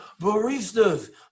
baristas